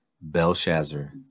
Belshazzar